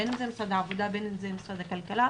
בין אם זה משרד העבודה ובין אם זה משרד הכלכלה,